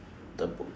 the book